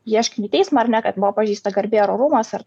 ieškiniu į teismą ar ne kad buvo pažeista garbė ar orumas ar